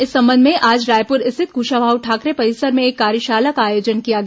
इस संबंध में आज रायपुर स्थित कुशाभाऊ ठाकरे परिसर में एक कार्यशाला का आयोजन किया गया